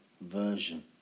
version